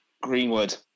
Greenwood